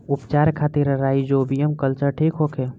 उपचार खातिर rhizobium culture ठीक होखे?